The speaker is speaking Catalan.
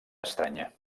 estranya